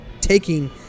taking